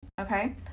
Okay